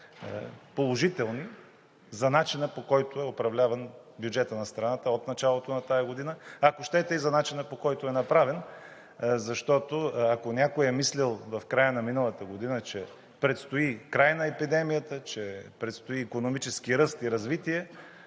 положителни за начина, по който е управляван бюджетът на страната от началото на тази година, ако щете, и за начина, по който е направен, защото, ако някой е мислил в края на миналата година, че предстои край на епидемията, че предстои икономически ръст и развитие